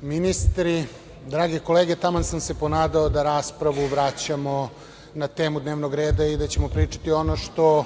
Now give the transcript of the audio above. ministri, drage kolege, taman sam se ponadao da raspravu vraćamo na temu dnevnog reda i da ćemo pričati ono što